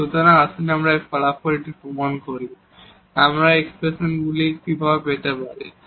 সুতরাং আসুন আমরা এই ফলাফলটি প্রমাণ করি আমরা এই এক্সপ্রেশনগুলি কীভাবে পেতে পারি